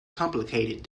complicated